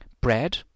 bread